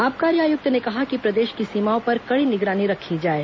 आबकारी आयुक्त ने कहा कि प्रदेश की सीमाओं पर कड़ी निगरानी रखी जाएं